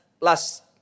last